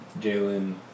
Jalen